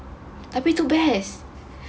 tapi tu best